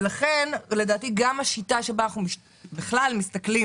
ולכן לדעתי השיטה שבה אנחנו מסתכלים